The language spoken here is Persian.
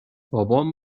بابام